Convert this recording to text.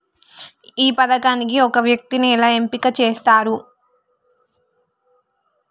ఈ పథకానికి ఒక వ్యక్తిని ఎలా ఎంపిక చేస్తారు?